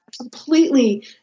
completely